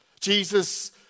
Jesus